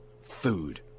food